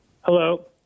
Hello